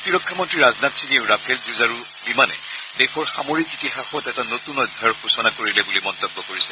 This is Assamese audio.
প্ৰতিৰক্ষা মন্ত্ৰী ৰাজনাথ সিঙেও ৰাফেল যুজাৰু বিমানে দেশৰ সামৰিক ইতিহাসত এটা নতুন অধ্যায়ৰ সূচনা কৰিলে বুলি মন্তব্য কৰিছে